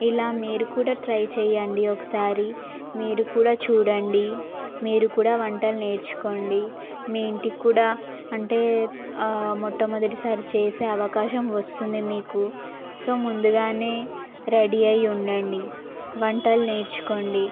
ఇలా మీరు కూడా ట్రై చేయండి ఒకసారి మీరు కూడా చూడండి మీరు కూడా వంటలు నేర్చుకోండి మీ ఇంటికి కూడా అంటే మొట్టమొదటిసారి చేసే అవకాశం వస్తుంది మీకు సో ముందుగానే రెడీ అయి ఉండండి వంటలు నేర్చుకోండి